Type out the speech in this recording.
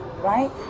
right